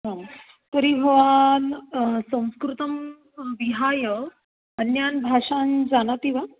हा तर्हि भवान् संस्कृतं विहाय अन्याः भाषाः जानाति वा